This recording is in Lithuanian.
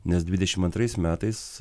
nes dvidešim antrais metais